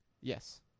Yes